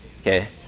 Okay